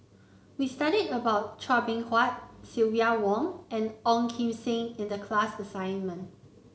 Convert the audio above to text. we studied about Chua Beng Huat Silvia Wong and Ong Kim Seng in the class assignment